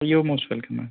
you are most welcome ma'am